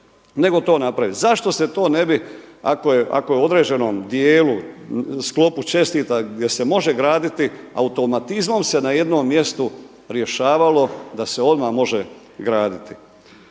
nego to napraviti. Zašto se to ne bi ako je u određenom dijelu u sklopu čestica gdje se može graditi automatizmom se na jednom mjestu rješavalo da se odmah može graditi.